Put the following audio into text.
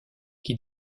qui